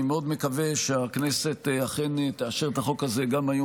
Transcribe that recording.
אני מאוד מקווה שהכנסת אכן תאשר את החוק הזה גם היום